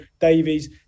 Davies